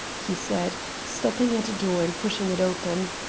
he said, stopping at a door and pushing it open.